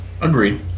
Agreed